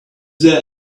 there